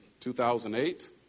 2008